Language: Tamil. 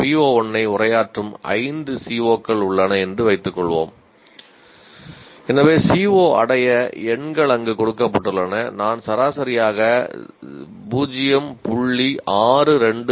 PO1 ஐ உரையாற்றும் 5 CO கள் உள்ளன என்று வைத்துக் கொள்வோம் எனவே CO அடைய எண்கள் அங்கு கொடுக்கப்பட்டுள்ளன நான் சராசரியாக 0